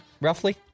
roughly